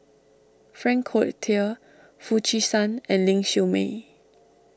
Frank Cloutier Foo Chee San and Ling Siew May